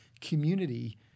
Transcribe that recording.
community